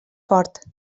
fort